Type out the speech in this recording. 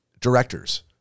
directors